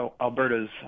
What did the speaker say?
Alberta's